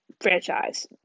franchise